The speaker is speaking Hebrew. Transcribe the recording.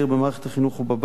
במערכת החינוך ובבית,